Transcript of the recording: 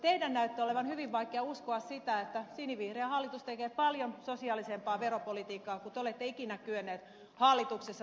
teidän näyttää olevan hyvin vaikea uskoa sitä että sinivihreä hallitus tekee paljon sosiaalisempaa veropolitiikkaa kuin te olette ikinä kyenneet hallituksessa tekemään